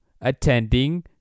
attending